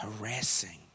harassing